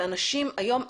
שאנשים היום,